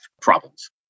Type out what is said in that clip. problems